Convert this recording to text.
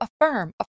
affirm